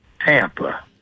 Tampa